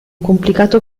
complicato